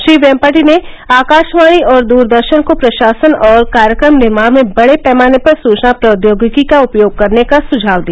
श्री वेम्पटि ने आकाशवाणी और द्रदर्शन को प्रशासन और कार्यक्रम निर्माण में बड़े पैमाने पर सूचना प्रोद्योगिकी का उपयोग करने का सुझाव दिया